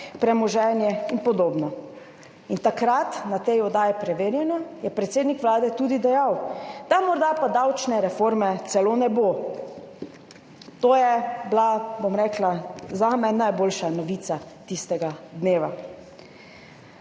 premoženje in podobno. Takrat je v tej oddaji Preverjeno predsednik Vlade tudi dejal, da morda pa davčne reforme celo ne bo. To je bila zame najboljša novica tistega dneva.